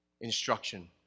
Instruction